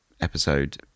episode